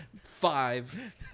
five